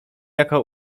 jako